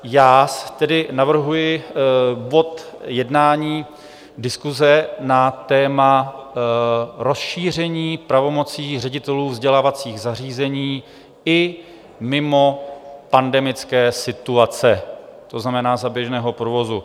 Já tedy navrhuji bod jednání diskuze na téma rozšíření pravomocí ředitelů vzdělávacích zařízení i mimo pandemické situace, to znamená za běžného provozu.